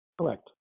correct